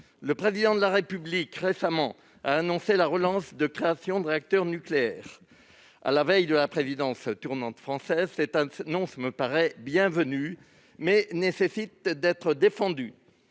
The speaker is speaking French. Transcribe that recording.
Le Président de la République a récemment annoncé la relance de la création de réacteurs nucléaires. À la veille de la présidence tournante française, cette annonce me paraît bienvenue, mais elle nécessite d'être défendue